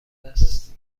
است